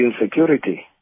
insecurity